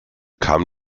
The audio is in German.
kam